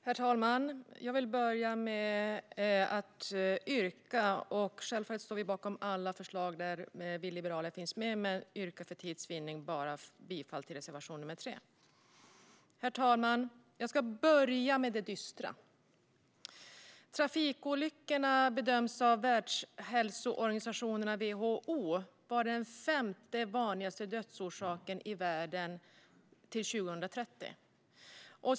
Herr talman! Jag vill börja med mitt yrkande. Jag står självfallet bakom alla förslag där Liberalerna finns med men yrkar för tids vinnande bifall bara till reservation nr 3. Herr talman! Jag ska inleda med det dystra. Trafikolyckorna bedöms av Världshälsoorganisationen, WHO, vara den femte vanligaste dödsorsaken i världen till 2030.